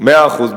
מאה אחוז.